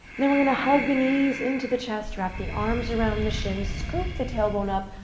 and then we're going to hug the knees into the chest, wrap the arms around the shins, scoop the tailbone up,